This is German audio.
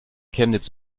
chemnitz